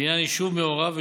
לעניין יישוב מעורב,